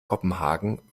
kopenhagen